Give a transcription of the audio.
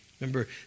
Remember